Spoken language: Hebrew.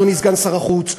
אדוני סגן שר החוץ,